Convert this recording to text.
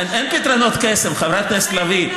אין פתרונות קסם, חברת הכנסת לביא.